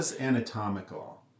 anatomical